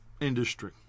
industry